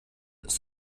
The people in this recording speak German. ist